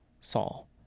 Saul